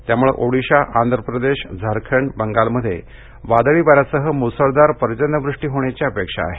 त्यामुळे ओडीशा आंध्र प्रदेश झारखंड आणि बंगालमध्ये वादळी वाऱ्यासह मुसळधार पर्जन्यवृष्टी होण्याची अपेक्षा आहे